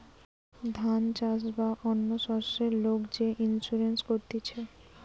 ধান চাষ বা অন্য শস্যের লোক যে ইন্সুরেন্স করতিছে